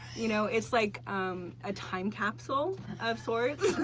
you know, it's like a time capsule of sorts.